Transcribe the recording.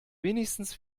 wenigstens